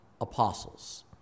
apostles